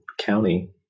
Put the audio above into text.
County